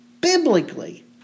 biblically